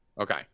Okay